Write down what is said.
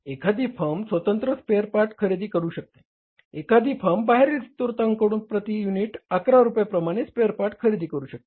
एखादी फर्म स्वतंत्र spare part खरेदी करू शकते एखादी फर्म बाहेरील स्रोतांकडून प्रती युनिट 11 रुपये प्रमाणे स्पेअर पार्ट खरेदी करू शकते